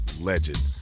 Legend